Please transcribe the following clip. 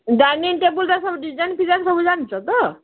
dining table ତା ସବୁ design ଫିଜାଇନ୍ ସବୁ ଜାଣିଛ ତ